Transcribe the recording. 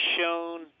shown